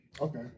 Okay